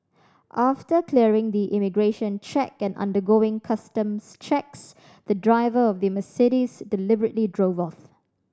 after clearing the immigration check and undergoing customs checks the driver of the Mercedes deliberately drove off